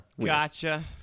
Gotcha